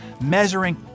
measuring